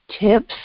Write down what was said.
tips